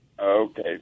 Okay